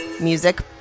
music